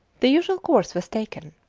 the usual course was taken,